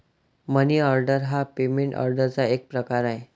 मनी order हा payment ऑर्डरचा एक प्रकार आहे